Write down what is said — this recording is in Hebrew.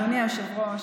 אדוני היושב-ראש,